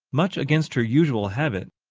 much against her usual habit,